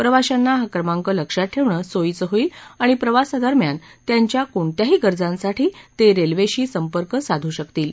प्रवाशांना हा क्रमांक लक्षात ठेवणं सोयीचं होईल आणि प्रवासादरम्यान त्यांच्या कोणत्याही गरजांसाठी ते रेल्वेशी संपर्क साधू शकतील